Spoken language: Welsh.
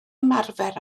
ymarfer